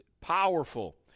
powerful